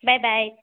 bye bye